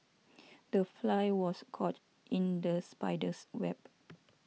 the fly was caught in the spider's web